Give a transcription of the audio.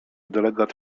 delegat